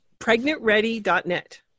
PregnantReady.net